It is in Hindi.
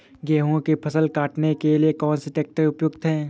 गेहूँ की फसल काटने के लिए कौन सा ट्रैक्टर उपयुक्त है?